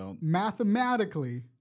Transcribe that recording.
mathematically